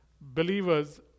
believers